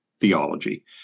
theology